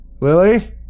Lily